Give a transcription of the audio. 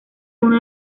uno